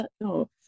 no